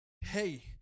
hey